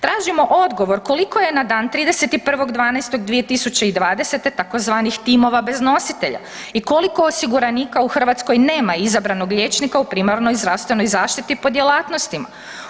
Tražimo odgovor koliko je na dan 31. 12. 2020. tzv. timova bez nositelja i koliko osiguranika u Hrvatskoj nema izabranog liječnika u primarnoj zdravstvenoj zaštiti po djelatnostima?